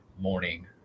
morning